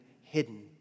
hidden